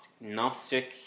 gnostic